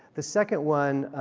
the second one,